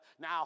now